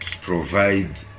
provide